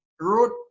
wrote